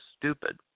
stupid